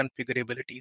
configurability